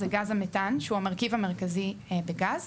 זה גז המתאן שהוא המרכיב המרכזי בגז.